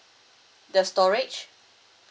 the storage